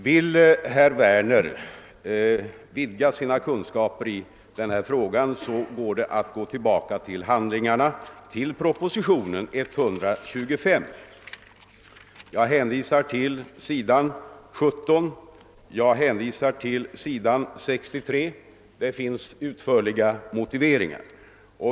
Vill herr Werner öka sina kunskaper i ämnet, så kan han gå tillbaka till handlingarna, till propositionen 125. Jag hänvisar till sidorna 17 och 63 där det finns utförliga motiveringar.